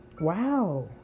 Wow